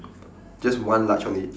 just one large only